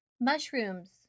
Mushrooms